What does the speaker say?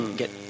get